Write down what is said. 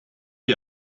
ihr